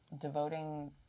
devoting